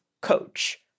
coach